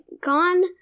gone